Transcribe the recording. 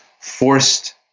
forced